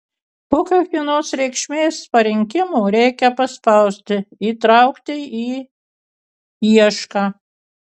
po kiekvienos reikšmės parinkimo reikia paspausti įtraukti į iešką